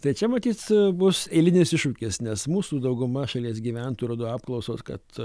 tai čia matyt bus eilinis iššūkis nes mūsų dauguma šalies gyventojų rodo apklausos kad